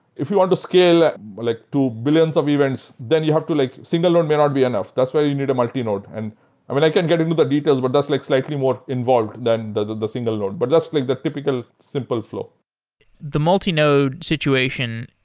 if we want to scale ah like to billions of events, then you have to like single node and may not be enough. that's why you you need a multi-node. and i mean, i can get into the details, but that's like slightly more involved than the the single node, but that's like the typical simple flow the multi-node situation,